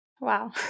Wow